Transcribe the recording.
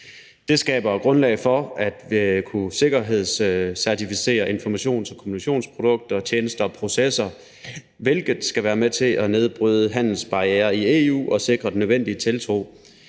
Det skaber jo grundlag for at kunne sikkerhedscertificere informations- og kommunikationsprodukter og -tjenester og -processer, hvilket skal være med til at nedbryde handelsbarrierer i EU og sikre den nødvendige tiltro